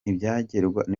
ntibyagerwaho